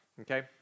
Okay